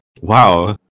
Wow